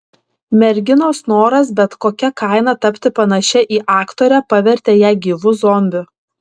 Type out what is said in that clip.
merginos noras bet kokia kaina tapti panašia į aktorę pavertė ją gyvu zombiu